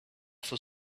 for